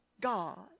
God